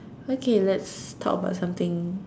okay let's talking about something